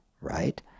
Right